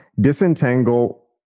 disentangle